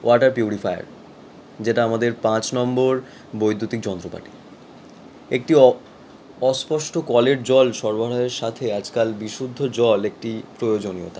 water purifier যেটা আমাদের পাঁচ নম্বর বৈদ্যুতিক যন্ত্রপাতি একটি অ অস্পষ্ট কলের জল সরবরাহের সাথে আজকাল বিশুদ্ধ জল একটি প্রয়োজনীয়তা